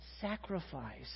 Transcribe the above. sacrifice